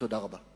תודה רבה.